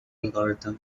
algorithms